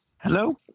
Hello